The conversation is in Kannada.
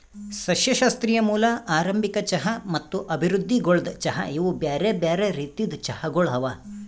ಸಸ್ಯಶಾಸ್ತ್ರೀಯ ಮೂಲ, ಆರಂಭಿಕ ಚಹಾ ಮತ್ತ ಅಭಿವೃದ್ಧಿಗೊಳ್ದ ಚಹಾ ಇವು ಬ್ಯಾರೆ ಬ್ಯಾರೆ ರೀತಿದ್ ಚಹಾಗೊಳ್ ಅವಾ